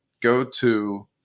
go-to